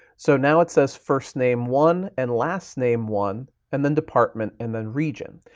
so now it says first name one and last name one and then department and then region.